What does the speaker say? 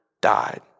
died